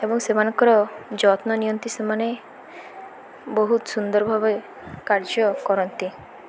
ଏବଂ ସେମାନଙ୍କର ଯତ୍ନ ନିଅନ୍ତି ସେମାନେ ବହୁତ ସୁନ୍ଦର ଭାବେ କାର୍ଯ୍ୟ କରନ୍ତି